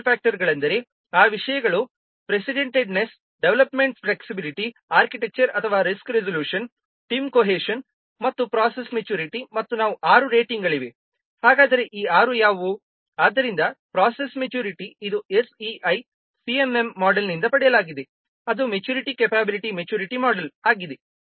ಐದು ಸ್ಕೇಲ್ ಫ್ಯಾಕ್ಟರ್ಗಳೆಂದರೆ ಆ ವಿಷಯಗಳು ಪ್ರಿಸಿಡೆಂಟೆಡ್ನೆಸ್ ಡೆವಲಪ್ಮೆಂಟ್ ಫ್ಲೆಕ್ಸ್ಬಿಲಿಟಿ ಆರ್ಕಿಟೆಕ್ಚರ್ ಅಥವಾ ರಿಸ್ಕ್ ರೆಸಲ್ಯೂಶನ್ ಟೀಮ್ ಕೋಹೆನ್ಸನ್ ಮತ್ತು ಪ್ರೋಸೆಸ್ ಮೇಚುರಿಟಿ ಮತ್ತು ನಾವು ಆರು ರೇಟಿಂಗ್ಗಳಿವೆ ಹಾಗಾದರೆ ಈ ಆರು ಯಾವುವು ಆದ್ದರಿಂದ ಪ್ರೋಸೆಸ್ ಮೇಚುರಿಟಿ ಇದು SEI CMM ಮೋಡೆಲ್ನಿಂದ ಪಡೆಯಲಾಗಿದೆ ಅದು ಮೆಚುರಿಟಿ ಕೆಪಬಿಲಿಟಿ ಮೆಚುರಿಟಿ ಮೋಡೆಲ್ ಆಗಿದೆ